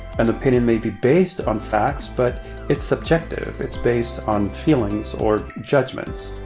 an opinion may be based on facts, but it's subjective it's based on feelings or judgments.